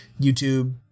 YouTube